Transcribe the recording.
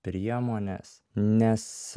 priemones nes